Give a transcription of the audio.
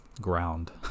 ground